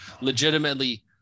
legitimately